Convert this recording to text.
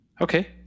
okay